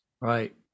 Right